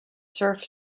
surf